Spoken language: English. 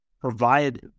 Provide